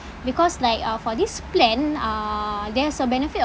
because like uh for this plan uh there's a benefit